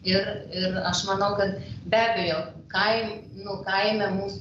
ir ir aš manau kad be abejo kain nu kaina mūsų